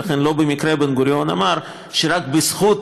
ולכן לא במקרה בן-גוריון אמר שרק בזכות